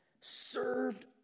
served